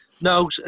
No